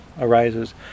arises